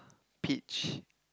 peach